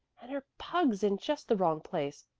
and her pug's in just the wrong place.